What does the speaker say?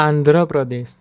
Andhra Pradesh